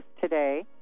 today